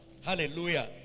hallelujah